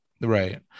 right